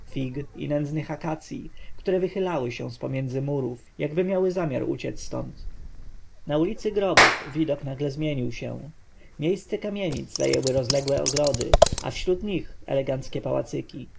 nędznych akacyj które wychylały się z pomiędzy murów jakby miały zamiar uciec stąd na ulicy grobów widok nagle zmienił się miejsce kamienic zajęły rozległe ogrody a wśród nich eleganckie pałacyki